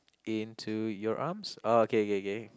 Into Your Arms oh K K K